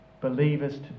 believers